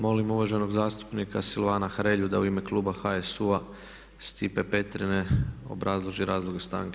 Molim uvaženog zastupnika Silvana Hrelju da u ime kluba HSU-a Stipe Petrine obrazloži razloge stanke.